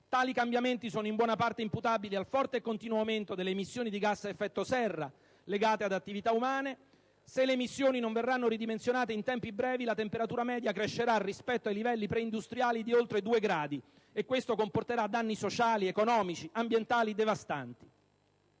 tali cambiamenti sono, in buona parte, imputabili al forte e continuo aumento delle emissioni di gas a effetto serra legate ad attività umane; se le emissioni non verranno ridimensionate in tempi brevi, la temperatura media crescerà rispetto ai livelli preindustriali di oltre 2 gradi e questo comporterà danni sociali, economici ed ambientali devastanti.